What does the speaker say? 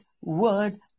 word